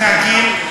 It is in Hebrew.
איך שאתם מתנהגים,